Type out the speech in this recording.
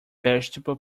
vegetable